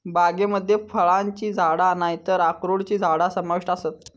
बागेमध्ये फळांची झाडा नायतर अक्रोडची झाडा समाविष्ट आसत